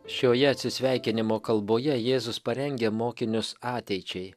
šioje atsisveikinimo kalboje jėzus parengia mokinius ateičiai